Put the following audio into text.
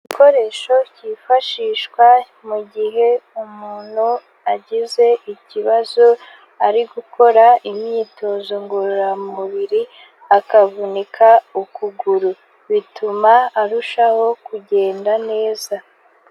Igikoresho cyifashishwa mu gihe umuntu agize ikibazo ari gukora imyitozo ngororamubiri akavunika ukuguru, bituma arushaho kugenda neza.